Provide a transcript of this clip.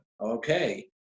Okay